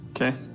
okay